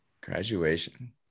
Graduation